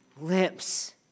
lips